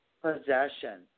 possession